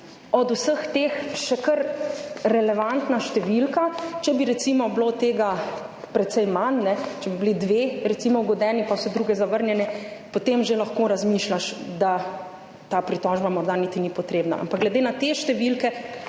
od vseh teh še kar relevantna številka. Če bi recimo bilo tega precej manj, če bi bili recimo dve ugodeni pa vse druge zavrnjene, potem že lahko razmišljaš, da ta pritožba morda niti ni potrebna. Ampak glede na te številke